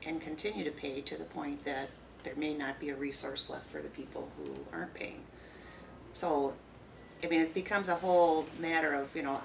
can continue to pay to the point that there may not be a resource left for the people who aren't paying so i mean it becomes a whole matter of you know